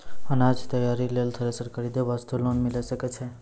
अनाज तैयारी लेल थ्रेसर खरीदे वास्ते लोन मिले सकय छै?